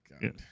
God